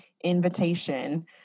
invitation